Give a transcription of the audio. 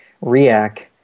react